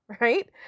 Right